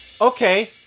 okay